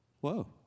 whoa